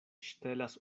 ŝtelas